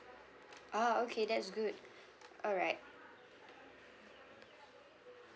oh okay that's good alright